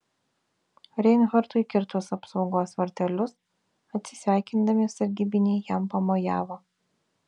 reinhartui kirtus apsaugos vartelius atsisveikindami sargybiniai jam pamojavo